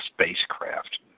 spacecraft